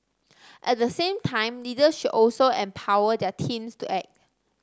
at the same time leaders should also empower their teams to act